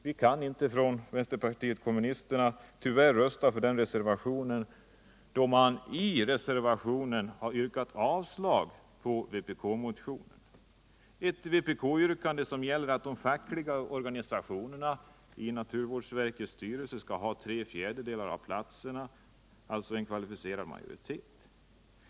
Vi kan från vänsterpartiet kommunisternas sida tyvärr inte rösta för denna reservation, eftersom man där yrkat avslag på vpk-motionen, där vi har ett yrkande som gäller att de fackliga organisationerna skall ha tre fjärdedelar av platserna i naturvårdsverkets styrelse, alltså en kvalificerad majoritet.